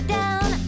down